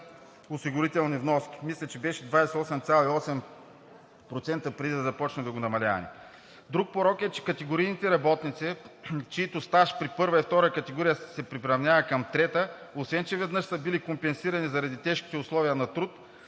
осигурителни вноски. Мисля, че беше 28,8% преди да започнем да го намаляваме. Друг порок е, че категорийните работници, чийто стаж при първа и втора категория се приравнява към трета, освен че веднъж са били компенсирани заради тежките условия на труд,